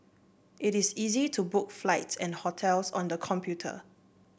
it is easy to book flights and hotels on the computer